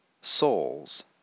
souls